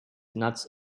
nuts